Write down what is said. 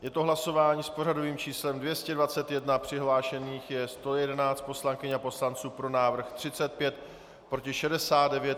Je to hlasování s pořadovým číslem 221, přihlášených je 111 poslankyň a poslanců, pro návrh 35, proti 69.